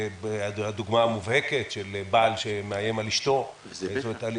הדוגמה המובהקת של בעל מאיים על אשתו --- זה פשע.